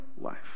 life